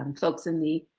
um folks in the